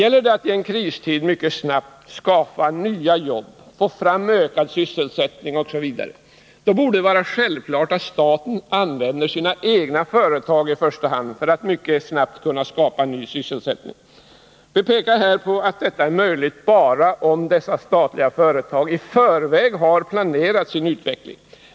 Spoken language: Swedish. Är det fråga om att i kristid mycket snabbt skapa nya jobb, få fram ökad sysselsättning osv., borde det vara självklart att staten använder sina egna företag i första hand för dessa ändamål. Vi pekar på att det är möjligt bara om dessa statliga företag i förväg planerat sin utveckling.